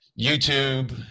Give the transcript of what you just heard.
YouTube